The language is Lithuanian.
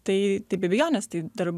tai tai be abejonės tai dar